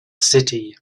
city